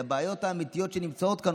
לבעיות האמיתיות שנמצאות כאן.